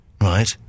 Right